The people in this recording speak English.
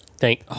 Thank